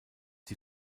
die